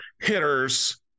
hitters